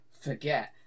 forget